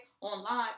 online